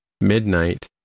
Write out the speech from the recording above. midnight